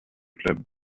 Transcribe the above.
club